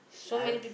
I